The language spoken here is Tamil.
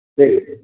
சரி சார்